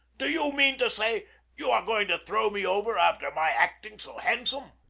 do you mean to say you are going to throw me over after my acting so handsome?